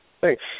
Thanks